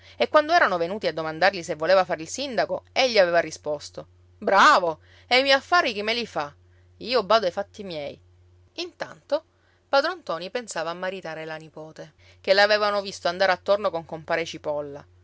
e quando erano venuti a domandargli se voleva fare il sindaco egli aveva risposto bravo e i miei affari chi me li fa io bado ai fatti miei intanto padron ntoni pensava a maritare la nipote che l'avevano visto andare attorno con compare cipolla